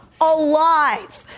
alive